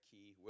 Key